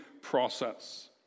process